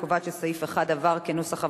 אני קובעת שסעיף 1 עבר כנוסח הוועדה.